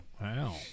Wow